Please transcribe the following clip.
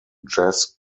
jazz